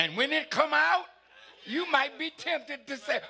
and when it come out you might be tempted to say